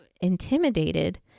intimidated